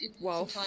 Wow